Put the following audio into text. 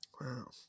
Wow